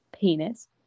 penis